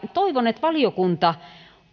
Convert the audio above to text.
toivon että valiokunta